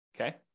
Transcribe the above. Okay